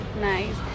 Nice